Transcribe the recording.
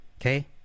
Okay